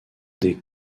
des